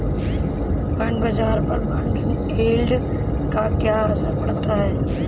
Bond बाजार पर bond yield का क्या असर पड़ता है?